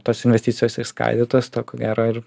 tos investicijos išskaidytos to ko gero ir